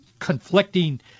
Conflicting